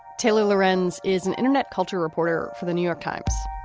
taylor larenz is an internet culture reporter for the new york times.